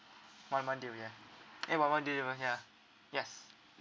one month due yeah eh one one due over here yes